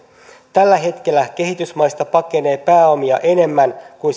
tällä hetkellä kehitysmaista pakenee pääomia enemmän kuin